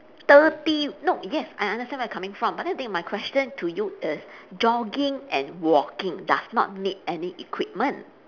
thirty no yes I understand where you're coming from but the thing my question to you is jogging and walking does not need any equipment